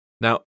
Now